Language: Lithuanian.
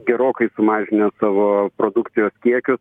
gerokai sumažinę savo produkcijos kiekius